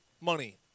Money